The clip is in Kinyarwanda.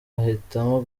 ahitamo